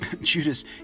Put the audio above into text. Judas